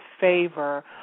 favor